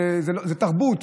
זה תרבות.